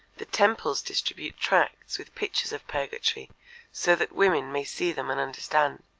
the temples distribute tracts with pictures of purgatory so that women may see them and understand.